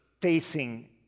facing